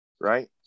right